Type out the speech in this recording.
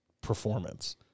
performance